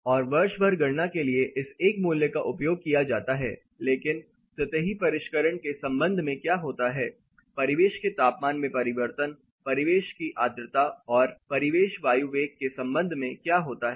और वर्ष भर गणना के लिए इस एक मूल्य का उपयोग किया जाता है लेकिन सतही परिष्करण के संबंध में क्या होता है परिवेश के तापमान में परिवर्तन परिवेश की आर्द्रता और परिवेश वायु वेग के संबंध में क्या होता है